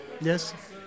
yes